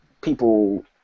people